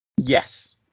Yes